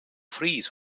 freeze